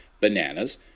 bananas